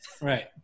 Right